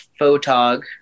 photog